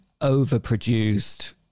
overproduced